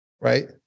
Right